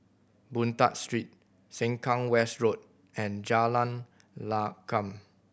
Boon Tat Street Sengkang West Road and Jalan Lakum